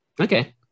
Okay